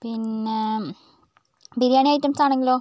പിന്നെ ബിരിയാണി ഐറ്റംസ് ആണെങ്കിലോ